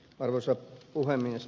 arvoisa puhemies